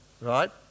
right